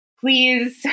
please